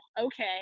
okay